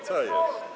Co jest?